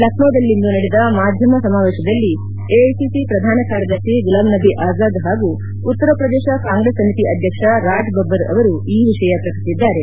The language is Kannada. ಲಕ್ವೋದಲ್ಲಿಂದು ನಡೆದ ಮಾಧ್ಯಮ ಸಮಾವೇಶದಲ್ಲಿ ಎಐಸಿಸಿ ಪ್ರಧಾನ ಕಾರ್ಯದರ್ಶಿ ಗುಲಾಂ ನಬಿ ಆಜಾದ್ ಹಾಗೂ ಉತ್ತರಪ್ರದೇಶ ಕಾಂಗ್ರೆಸ್ ಸಮಿತಿ ಅಧ್ಯಕ್ಷ ರಾಜ್ ಬಬ್ಬರ್ ಅವರು ಈ ವಿಷಯ ಪ್ರಕಟಿಸಿದ್ದಾರೆ